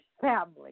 family